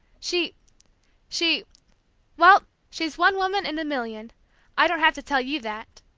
she she well, she's one woman in a million i don't have to tell you that!